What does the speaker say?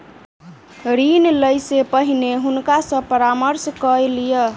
ऋण लै से पहिने हुनका सॅ परामर्श कय लिअ